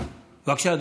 בבקשה,